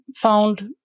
found